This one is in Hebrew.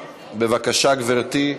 בבקשה, גברתי.